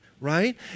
right